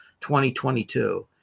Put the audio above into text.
2022